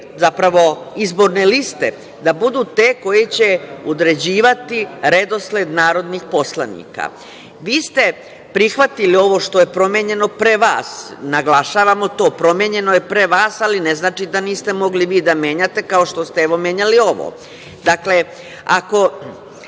zapravo izborne liste da budu te koje će određivati redosled narodnih poslanika. Vi ste prihvatili ovo što je promenjeno pre vas, naglašavamo to, promenjeno je pre vas ali ne znači da niste mogli vi da menjate, kao što ste, evo, menjali ovo. Dakle, ako